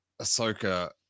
Ahsoka